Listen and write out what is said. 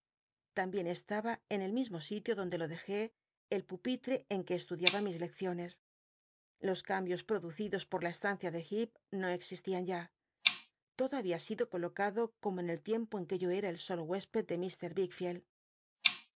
tambien estaba en el mismo sitio donde lo dejé el pupitre en jlul estudiaba mis lecciones los cambios producidos por la e tancia de llecp no existían ya todo babia sido coloc do como en el tiempo en que yo era el solo huésped de